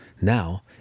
Now